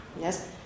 Yes